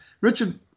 Richard